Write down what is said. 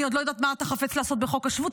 אני עוד לא יודעת מה אתה חפץ לעשות בחוק השבות,